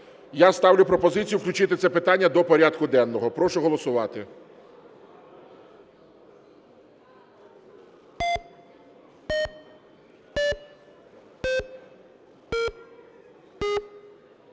я ставлю пропозицію включити це питання до порядку денного. Прошу голосувати.